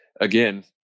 again